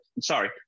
Sorry